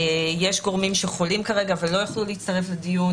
יש גורמים שחולים כרגע ממשרד הרווחה ולא יוכלו להצטרף לדיון.